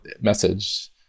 message